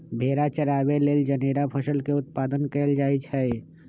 भेड़ा चराबे लेल जनेरा फसल के उत्पादन कएल जाए छै